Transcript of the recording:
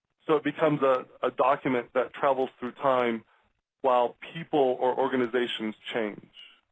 so it becomes a ah document that travels through time while people or organizations change.